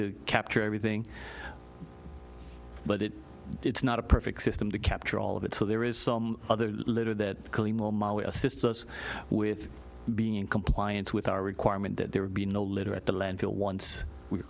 to capture everything but it it's not a perfect system to capture all of it so there is some other litter that assists us with being in compliance with our requirement that there be no litter at the landfill once we'